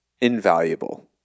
invaluable